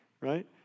right